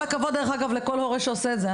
כל הכבוד לכל הורה שעושה את זה.